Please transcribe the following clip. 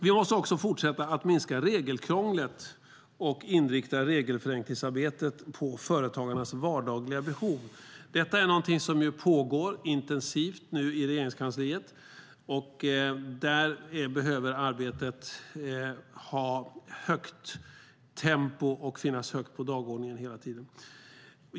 Vi måste också fortsätta att minska regelkrånglet och inrikta regelförenklingsarbetet på företagarnas vardagliga behov. Detta är någonting som nu pågår intensivt i Regeringskansliet. Där behöver arbetet ha högt tempo och finnas högt på dagordningen hela tiden.